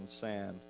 sand